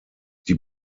die